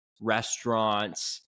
restaurants